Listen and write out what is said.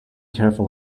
careful